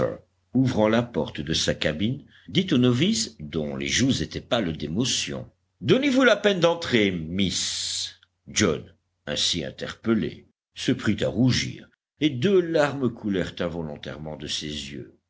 ouvrant la porte de sa cabine dit au novice dont les joues étaient pâles d'émotion donnez-vous la peine d'entrer miss john ainsi interpellé se prit à rougir et deux larmes coulèrent involontairement de ses yeux